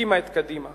והקימה את קדימה.